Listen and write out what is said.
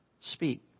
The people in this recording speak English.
Speak